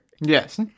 yes